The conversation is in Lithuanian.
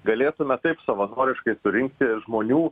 galėtume taip savanoriškai surinkti žmonių